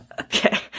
Okay